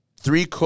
three